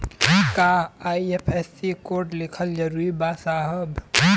का IFSC code लिखल जरूरी बा साहब?